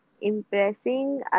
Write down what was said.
Impressing